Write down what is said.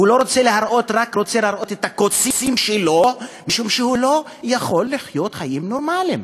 רק רוצה להראות את הקוצים שלו משום שהוא לא יכול לחיות חיים נורמליים.